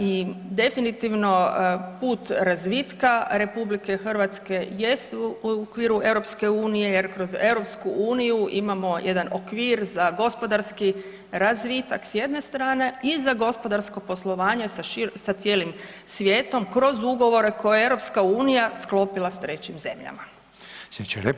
I definitivno put razvitka RH jesu u okviru EU jer kroz EU imamo jedan okvir za gospodarski razvitak s jedne strane, i za gospodarsko poslovanje sa cijelim svijetom kroz ugovore koje je EU sklopila s trećim zemljama.